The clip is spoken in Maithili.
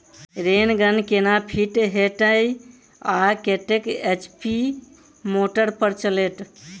रेन गन केना फिट हेतइ आ कतेक एच.पी मोटर पर चलतै?